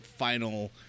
Final